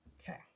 Okay